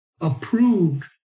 approved